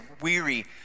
weary